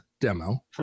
demo